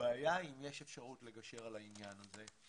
הבעיה אם יש אפשרות לגשר על העניין הזה.